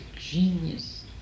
genius